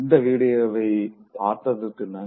இந்த வீடியோவை பார்த்ததற்கு நன்றி